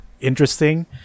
interesting